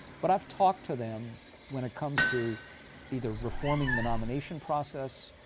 but i've talked to them when it comes to either reforming the nomination process,